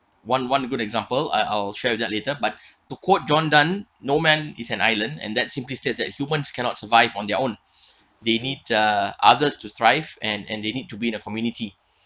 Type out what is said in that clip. one one good example I I'll show that later but to quote john donne no man is an island and that simply state that humans cannot survive on their own they need uh others to thrive and and they need to be in a community